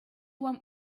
want